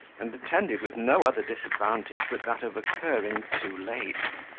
and attended with no other disadvantage but that of occurring too late.